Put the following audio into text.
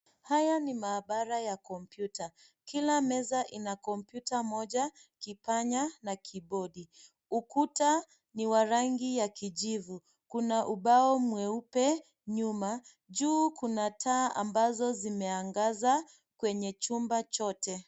Haya ni maabara ya kompyuta. Kila meza ina kompyuta moja, kipanya na kibodi. Ukuta ni wa rangi ya kijivu. Kuna ubao mweupe nyuma. Juu kuna taa ambazo zimeangaza kwenye chumba chote.